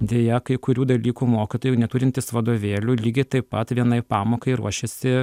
deja kai kurių dalykų mokytojai jau neturintys vadovėlių lygiai taip pat vienai pamokai ruošiasi